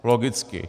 Logicky.